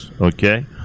okay